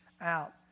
out